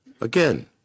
Again